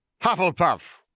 Hufflepuff